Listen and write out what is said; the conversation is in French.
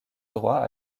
droit